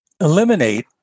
eliminate